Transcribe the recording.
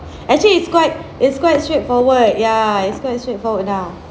actually it's quite it's quite straightforward ya it's quite straightforward ah